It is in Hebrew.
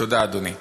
תודה, אדוני.